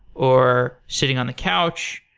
or sitting on a couch,